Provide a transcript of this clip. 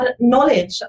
knowledge